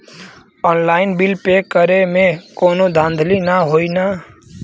Online bill pay करे में कौनो धांधली ना होई ना?